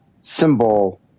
symbol